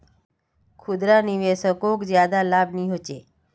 खुदरा निवेशाकोक ज्यादा लाभ नि होचे